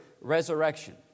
resurrection